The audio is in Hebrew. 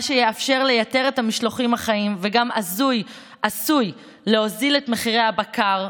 מה שיאפשר לייתר את המשלוחים החיים וגם עשוי להוזיל את מחירי הבקר,